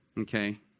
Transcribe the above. Okay